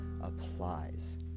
applies